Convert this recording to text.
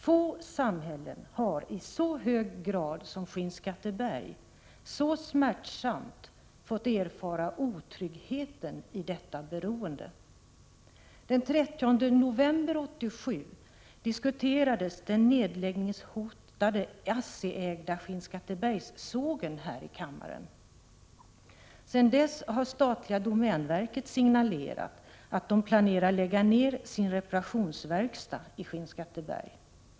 Få samhällen har i så hög grad som Skinnskatteberg smärtsamt fått erfara otryggheten i detta beroende. Den 30 november 1987 diskuterades den nedläggningshotade ASSI-ägda Skinnskattebergssågen här i kammaren. Sedan dess har det statliga domänverket signalerat att man planerar att lägga ned sin reparationsverkstad i Skinnskatteberg.